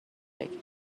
بگیر